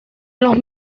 los